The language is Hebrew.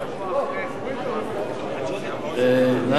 נאזם,